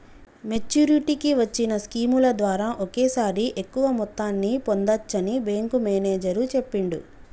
మెచ్చురిటీకి వచ్చిన స్కీముల ద్వారా ఒకేసారి ఎక్కువ మొత్తాన్ని పొందచ్చని బ్యేంకు మేనేజరు చెప్పిండు